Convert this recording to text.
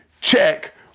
check